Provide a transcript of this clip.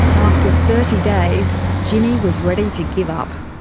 after thirty days, jimmy was ready to give up.